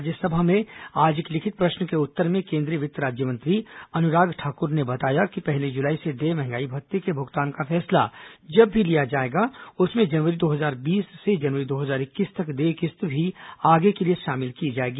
राज्यसभा में आज एक लिखित प्रश्न के उत्तर में केंद्रीय वित्त राज्यमंत्री अनुराग ठाकुर ने बताया कि पहली जुलाई से देय महंगाई भत्ते के भुगतान का फैसला जब भी लिया जाएगा उसमें जनवरी दो हजार बीस से जनवरी दो हजार इक्कीस तक देय किस्त भी आगे के लिए शामिल की जायेगी